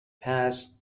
past